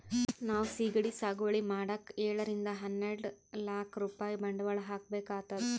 ನಾವ್ ಸಿಗಡಿ ಸಾಗುವಳಿ ಮಾಡಕ್ಕ್ ಏಳರಿಂದ ಹನ್ನೆರಡ್ ಲಾಕ್ ರೂಪಾಯ್ ಬಂಡವಾಳ್ ಹಾಕ್ಬೇಕ್ ಆತದ್